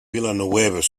villeneuve